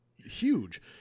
huge